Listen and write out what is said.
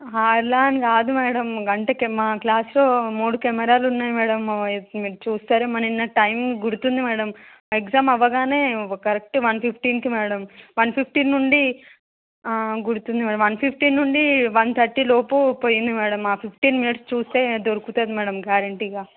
అలా అని కాదు మ్యాడమ్ గంటకి మా క్లాసులో మూడు కెమెరాలు ఉన్నాయి మ్యాడమ్ అవి మీరు చూస్తారో ఏమో నిన్న టైం గుర్తుంది మ్యాడమ్ ఎగ్జామ్ అవ్వగానే కరెక్ట్ వన్ ఫిఫ్టీన్కి మ్యాడమ్ వన్ ఫిఫ్టీన్ నుండి గుర్తుంది మ్యాడమ్ వన్ ఫిఫ్టీన్ నుండి వన్ థర్టీ లోపు పోయింది మ్యాడమ్ ఆ ఫిఫ్టీన్ మినిట్స్ చూస్తే దొరుకుతుంది మ్యాడమ్ గ్యారెంటీగా